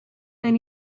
then